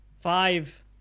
five